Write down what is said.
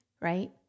right